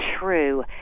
True